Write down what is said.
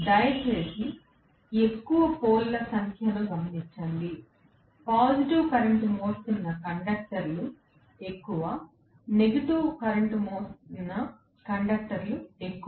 దయచేసి ఎక్కువ పోల్ ల సంఖ్యను గమనించండి పాజిటివ్ కరెంట్ మోస్తున్న కండక్టర్లు ఎక్కువ నెగటివ్ కరెంట్ మోస్తున్న కండక్టర్లు ఎక్కువ